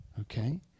Okay